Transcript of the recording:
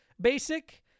basic